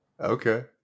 Okay